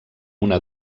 una